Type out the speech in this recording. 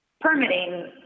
permitting